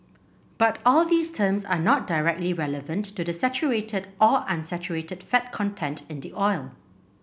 but all these terms are not directly relevant to the saturated or unsaturated fat content in the oil